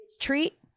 treat